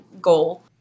goal